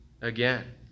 again